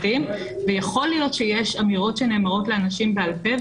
ויכול להיות שיש אמירות שנאמרות לאנשים בעל פה,